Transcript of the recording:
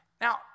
Now